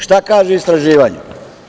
Šta kaže istraživanje?